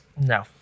No